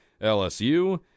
LSU